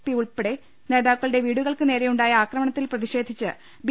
P ഉൾപ്പെടെ നേതാക്കളുടെ വീടുകൾക്ക് നേരെയുണ്ടായ ആക്രമണത്തിൽ പ്രതിഷേ ധിച്ച് ബി